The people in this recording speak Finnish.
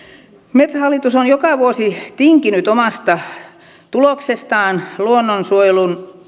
metsähallitus on joka vuosi tinkinyt omasta tuloksestaan luonnonsuojelun